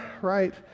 right